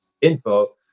info